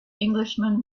englishman